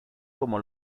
como